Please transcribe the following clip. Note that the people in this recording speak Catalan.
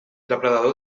depredador